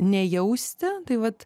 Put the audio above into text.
nejausti tai vat